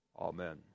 amen